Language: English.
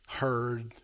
heard